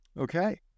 Okay